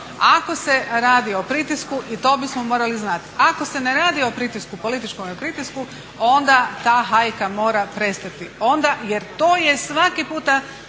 Ako se radi o pritisku i to bismo morali znati, ako se ne radi o pritisku, političkome pritisku onda ta hajka mora prestati